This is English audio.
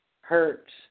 hurt